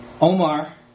Omar